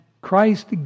Christ